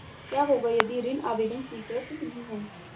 क्या होगा यदि ऋण आवेदन स्वीकृत नहीं है?